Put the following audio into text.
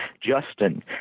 Justin